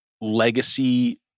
legacy